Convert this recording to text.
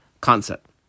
concept